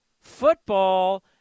football